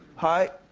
hi.